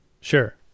Sure